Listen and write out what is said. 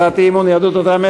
הצעת האי-אמון של יהדות התורה,